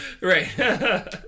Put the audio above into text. Right